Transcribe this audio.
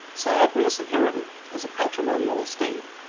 syagrius inherited, as a patrimonial estate,